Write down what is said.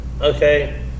Okay